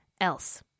else